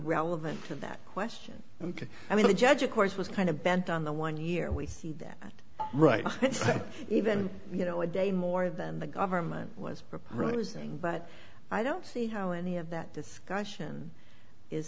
relevant to that question ok i mean the judge of course was kind of bent on the one year we see that right even you know a day more than the government was proposing but i don't see how any of that discussion is